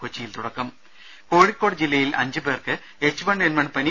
കൊച്ചിയിൽ തുടക്കം കോഴിക്കോട് ജില്ലയിൽ അഞ്ചുപേർക്ക് എച്ച് വൺ എൻ വൺ പനി